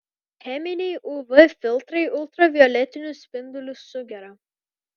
cheminiai uv filtrai ultravioletinius spindulius sugeria